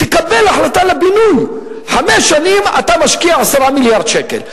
תקבל החלטה על הבינוי: חמש שנים אתה משקיע 10 מיליארד שקל,